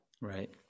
Right